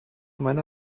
meine